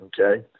okay